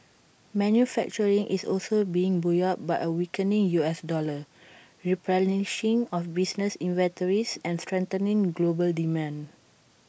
manufacturing is also being buoyed by A weakening U S dollar replenishing of business inventories and strengthening global demand